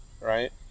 right